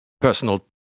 personal